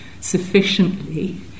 sufficiently